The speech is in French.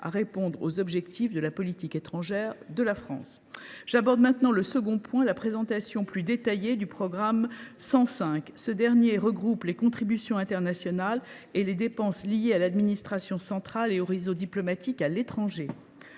à répondre aux objectifs de la politique étrangère de la France. Dans un second temps, j’en viens à la présentation plus détaillée des crédits du programme 105. Celui ci regroupe les contributions internationales et les dépenses liées à l’administration centrale et au réseau diplomatique à l’étranger.